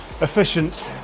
efficient